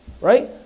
Right